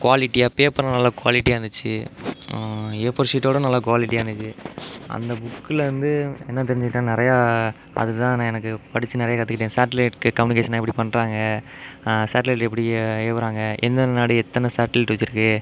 க்வாலிட்டியாக பேப்பரெலாம் நல்லா க்வாலிட்டியாக இருந்துச்சு ஏ ஃபோர் ஷீட்டோடு நல்ல க்வாலிட்டியாக இருந்துச்சு அந்த புக்குலேர்ந்து என்ன தெரிஞ்சுகிட்டேன் நிறைய அதுதான் எனக்கு படிச்சு நிறைய கற்றுக்கிட்டேன் சேட்டிலைட்க்கு கம்யூனிகேஷனெலாம் எப்படி பண்ணுறாங்க சேட்டிலைட் எப்படி ஏவுகிறாங்க எந்தெந்த நாடு எத்தனை சேட்டிலைட் வச்சுருக்கு